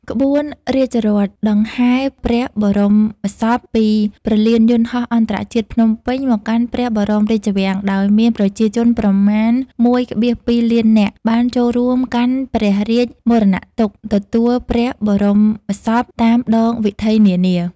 ក្បួនរាជរថដង្ហែព្រះបរមសពពីព្រលានយន្តហោះអន្តរជាតិភ្នំពេញ មកកាន់ព្រះបរមរាជវាំង ដោយមានប្រជាជនប្រមាណ ១,២ លាននាក់ បានចូលរួមកាន់ព្រះរាជមរណទុក្ខទទួលព្រះបរមសពតាមដងវិថីនានា។